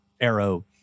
arrow